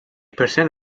percent